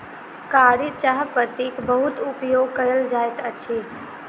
कारी चाह पत्तीक बहुत उपयोग कयल जाइत अछि